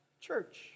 church